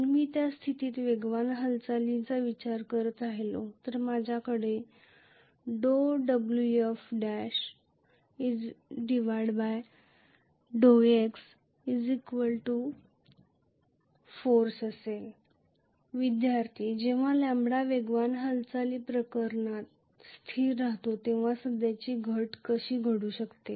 जर मी त्या स्थितीत वेगवान हालचालीचा विचार करत राहिलो तर माझ्याकडे Wf x∂x। λ स्थिर Force विद्यार्थीः जेव्हा लॅम्बडा वेगवान हालचाली प्रकरणात स्थिर राहतो तेव्हा सध्याची घट कशी घडू शकते